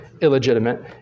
illegitimate